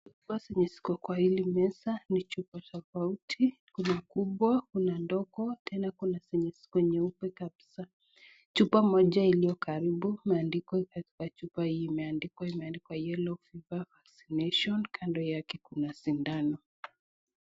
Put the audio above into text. Chupa zenye ziko kwa hili meza ni chupa tofauti. Kuna kubwa kuna ndogo tena kuma zenye ziko nyeupe kabisa. Chupa moja iliyo karibu imeandikwa na hii chupa imeandikwa yellow fever vaccination kando yake kuna sindano.